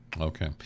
Okay